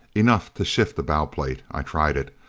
enough to shift a bow plate. i tried it.